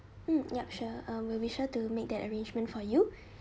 mm yup sure uh will be sure to make that arrangement for you